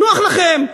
נוח לכם,